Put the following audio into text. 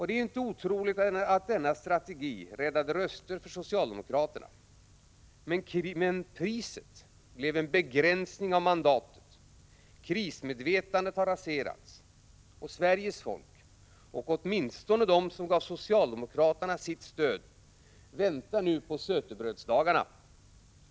Det är inte otroligt att denna strategi räddade röster åt socialdemokraterna. Men priset blev en begränsning av mandatet. Krismedvetandet har raserats. Sveriges folk — åtminstone de människor som gav socialdemokraterna sitt stöd — väntar nu på sötebrödsdagarna.